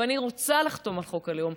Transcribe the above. ואני רוצה לחתום על חוק הלאום.